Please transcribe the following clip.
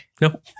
Nope